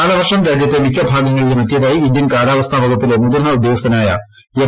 കാലവർഷം രാജ്യത്തെ മിക്ക ഭാഗങ്ങളിലുമെത്തിയതായി ക്ഷെത്ത്ൻ കാലാവസ്ഥാ വകുപ്പിലെ മുതിർന്ന ഉദ്യോഗസ്ഥനാിയ് ്ക് എം